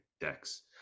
decks